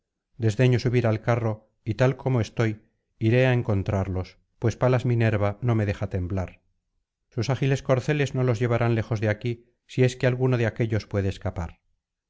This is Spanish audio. desdeño subir al carro y tal como estoy iré á encontrarlos pues palas minerva no me deja temblar sus ágiles corceles no los llevarán lejos de aquí si es que alguno de aquéllos puede escapar